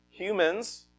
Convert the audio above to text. Humans